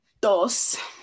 dos